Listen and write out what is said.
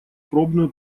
пробную